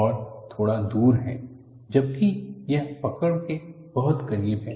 यह थोड़ा दूर है जबकि यह पकड़ के बहुत करीब है